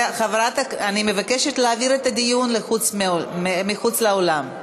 אני מבקשת להעביר את הדיון מחוץ לאולם.